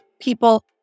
people